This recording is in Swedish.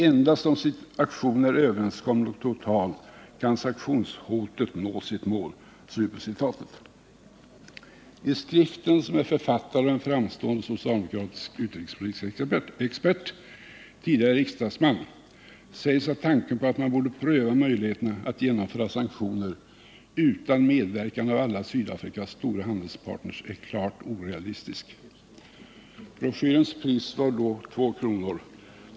Endast om aktionen är överenskommen och total kan sanktionshotet nå sitt mål.” I skriften, som är författad av en framstående socialdemokratisk utrikespolitisk expert, tidigare riksdagsman, sägs att tanken på att man borde pröva möjligheterna att genomföra sanktioner utan medverkan av alla Sydafrikas stora handelspartner är klart orealistisk. Broschyrens pris var då 2 kr.